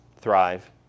Thrive